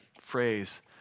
phrase